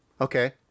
Okay